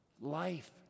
Life